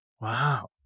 Wow